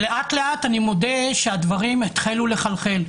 לאט לאט אני מודה שהדברים התחילו לחלחל.